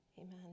Amen